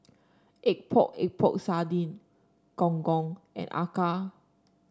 Epok Epok Sardin Gong Gong and acar